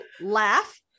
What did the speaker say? laugh